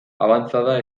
avanzada